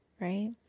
right